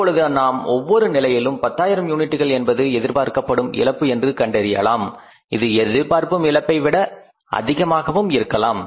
இப்பொழுது நாம் ஒவ்வொரு நிலையிலும் 10000 யூனிட்கள் என்பது எதிர்பார்க்கப்படும் இழப்பு என்று கண்டறியலாம் அது எதிர்பார்க்கப்படும் இழப்பை விட அதிகமாகவும் இருக்கலாம்